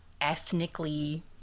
ethnically